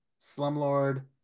Slumlord